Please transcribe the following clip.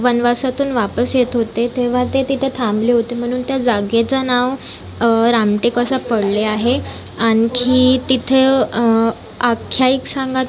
वनवासातून वापस येत होते तेव्हा ते तिथे थांबले होते म्हणून त्या जागेचा नाव रामटेक असं पडले आहे आणखी तिथं आख्यायिका सांगा